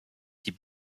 die